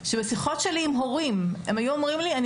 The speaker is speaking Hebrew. בשיחות שלי עם הורים הם היו אומרים לי: "אני